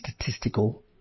statistical